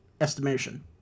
estimation